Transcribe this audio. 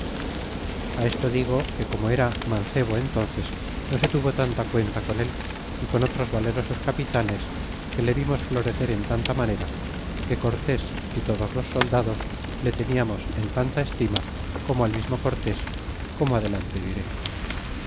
a esto digo que como era mancebo enonces no se tuvo tanta cuenta con él y con otros valerosos capitanes que le vimos florecer en tanta manera que cortés y todos los soldados le teniamos en tanta estima como al mismo cortés como adelante diré